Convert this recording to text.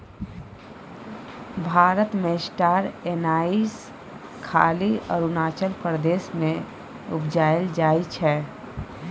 भारत मे star anise खाली अरुणाचल प्रदेश मे उपजाएल जाइ छै